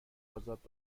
ازاد